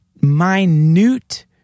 minute